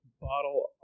bottle